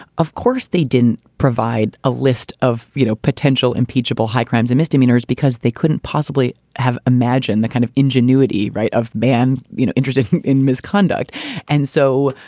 of course, they didn't provide a list of you know potential impeachable high crimes and misdemeanors because they couldn't possibly have imagined the kind of ingenuity of man you know interested in in misconduct and so,